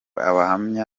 abahamya